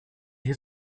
hier